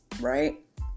right